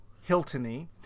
Hilton-y